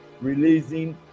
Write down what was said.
releasing